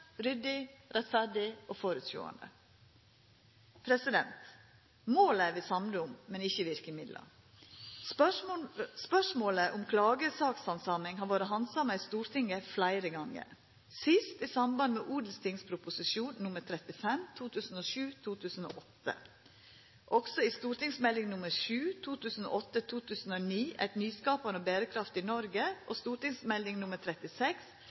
ryddig, rettferdig og framsynt. Måla er vi samde om, men ikkje om verkemidla. Spørsmålet om klagesakshandsaming har vore handsama i Stortinget fleire gonger, sist i samband med Ot.prp. nr. 35 for 2007–2008 – også i samband med St.meld. nr. 7 for 2008–2009, Et nyskapende og bærekraftig Norge, og St.meld. nr. 36